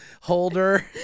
holder